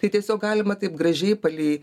tai tiesiog galima taip gražiai palei